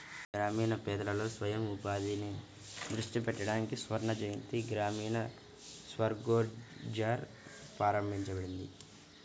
గ్రామీణ పేదలలో స్వయం ఉపాధిని దృష్టి పెట్టడానికి స్వర్ణజయంతి గ్రామీణ స్వరోజ్గార్ ప్రారంభించింది